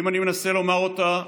אם אני מנסה לומר אותה,